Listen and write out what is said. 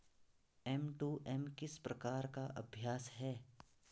M to M किस प्रकार का अभ्यास है?